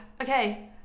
Okay